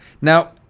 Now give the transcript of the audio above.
Now